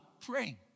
praying